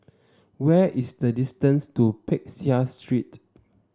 where is the distance to Peck Seah Street